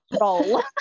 roll